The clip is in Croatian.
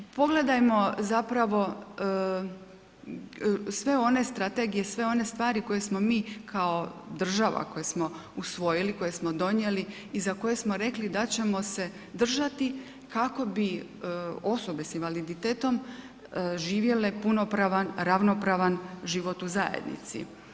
Pogledajmo zapravo sve one strategije, sve one stvari koje smo mi kao država koje smo usvojili, koje smo donijeli i za koje smo rekli da ćemo se držati, kako bi osobe s invaliditetom živjele punopravan, ravnopravan život u zajednici.